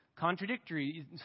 contradictory